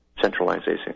centralization